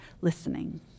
listening